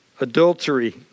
adultery